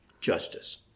justice